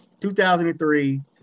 2003